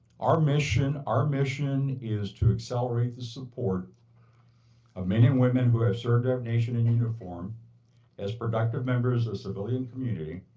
our mission our mission is to accelerate the support of men and women who have served our nation in uniform as productive members of civilian community,